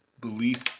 belief